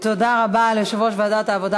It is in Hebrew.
תודה רבה ליושב-ראש ועדת העבודה,